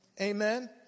Amen